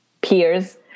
peers